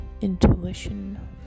intuition